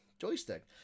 joystick